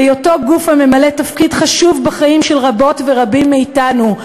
בהיותו גוף הממלא תפקיד חשוב בחיים של רבות ורבים מאתנו,